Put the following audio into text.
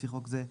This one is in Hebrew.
לפפי חוק זה,